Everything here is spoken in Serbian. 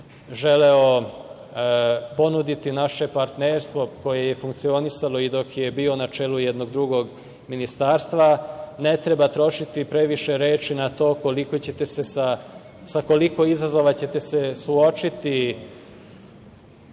želeo ponuditi naše partnerstvo koje je funkcionisalo i dok je bio na čelu jednog drugog ministarstva. Ne treba trošiti previše reči na to sa koliko izazova ćete se suočiti